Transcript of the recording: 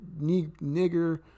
nigger